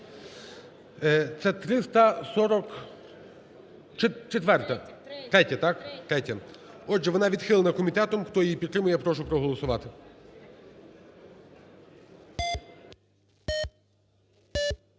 Це 344-а. Третя, так? Отже, вона відхилена комітетом. Хто її підтримує, я прошу проголосувати.